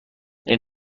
این